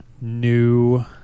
new